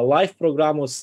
life programos